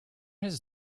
his